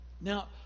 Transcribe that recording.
Now